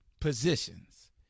positions